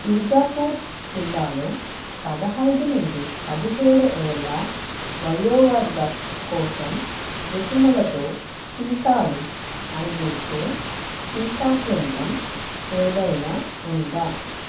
బీజాపూర్ జిల్లాలో పదహైదు నుండి పదిహేడు ఏళ్ల వయోవర్గం కోసం రుసుములతో టీకాలు అందించే టీకా కేంద్రం ఏదైన ఉందా